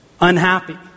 unhappy